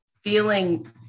feeling